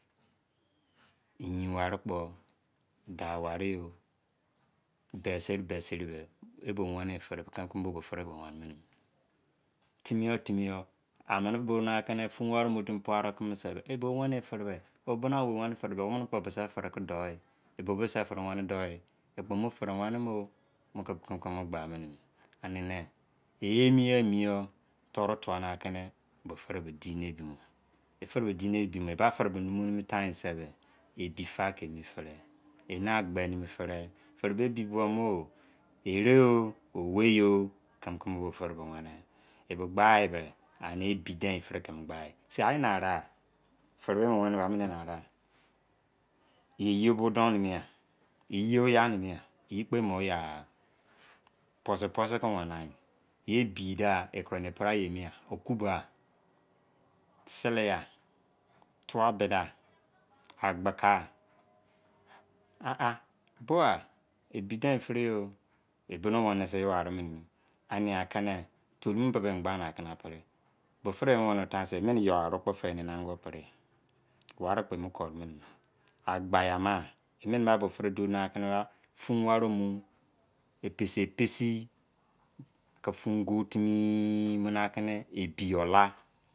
Iyin-warii kpo, dau wari yo. Beseri beseri be, i bo wenii-firi be, kimi-kimi bo be firi wenii yi. Timi yo timi yo, amini bona kini fun-wari o mu timi pua do kimi se, e bo wenii firi be, wo bina-owei weni firi be, womini kpo bisi firi ki dou yi. I bo bose firi weni dou yi. I kpo mu firi wenii mo. Muki kimi-kimi mo gba mini mi. Arune, ye emi yo emi yo, toru tua ni aki firi be di ni ebimo. I firi be dine ebimo, i ba firi be nemi weri emi tain se, ebi fa ki emi firi. Eni agbe mimi firi. Firi be ebi buo mo! Ere o, owei yo, kimi-kimi bo firi bo weni. I bo gba e be, ani ebi deiin firi ki emo gbaa yi. Se, a i na righa? Firi be i mo wenii be a i narigha? Ye eyeobodon nimi yan? Yeleyi oya nimi yan? Eyi kpo i mo oyagha. Puosipuosi ki weni a yi. Ye i bi da, i kuro ni e prigha eyi emi yan? Okubo a? Sele ya? Tua-bide a? Agboka a? Aha! Bo a! Ebi deiin firi yo! E bo ni weni ne se yo o arimini mi. Ania keni tolumo-bibi i mo gba mi akini a pri. Bo firi be emo weni netain se, emini yo-aru kpo fei ni enango pri yi. Wari kpo emo kore mini mi. Agbaya ma! Emini ba be fini duo ni aki ni fun-go timi, epesi-epesi, mu